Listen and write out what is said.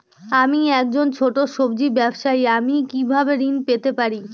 আমি একজন ছোট সব্জি ব্যবসায়ী আমি কিভাবে ঋণ পেতে পারি?